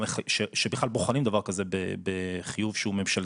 שבכלל בוחנים דבר כזה בחיוב שהוא ממשלתי,